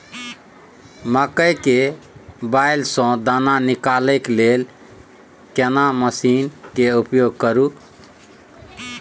मकई के बाईल स दाना निकालय के लेल केना मसीन के उपयोग करू?